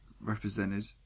represented